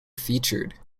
featured